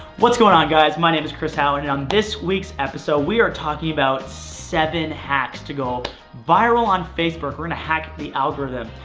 what's going on guys my name is chris hau and on this week's episode we are talking about seven hacks to go viral on facebook we're gonna hack the algorithm.